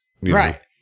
right